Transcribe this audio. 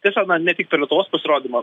tiesiog na ne tik per lietuvos pasirodymą